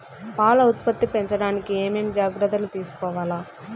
పాల ఉత్పత్తి పెంచడానికి ఏమేం జాగ్రత్తలు తీసుకోవల్ల?